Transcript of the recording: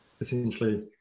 essentially